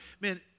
man